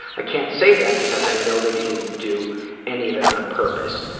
i can't say that because i know that he didn't do any of it on purpose.